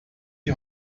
die